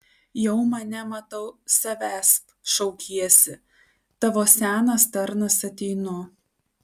jau mane matau savęsp šaukiesi tavo senas tarnas ateinu